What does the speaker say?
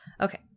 Okay